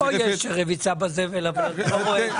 גם פה יש רביצה בזבל אבל אתה לא רואה את זה.